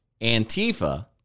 Antifa